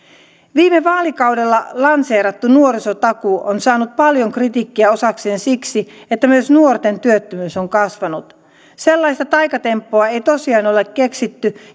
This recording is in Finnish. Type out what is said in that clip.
viime vaalikaudella lanseerattu nuorisotakuu on saanut paljon kritiikkiä osakseen siksi että myös nuorten työttömyys on kasvanut sellaista taikatemppua ei tosiaan ole keksitty